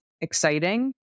exciting